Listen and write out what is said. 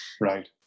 Right